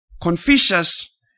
Confucius